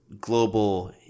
global